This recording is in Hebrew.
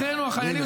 אחינו החיילים,